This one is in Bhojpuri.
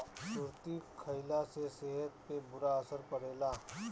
सुरती खईला से सेहत पे बुरा असर पड़ेला